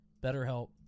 BetterHelp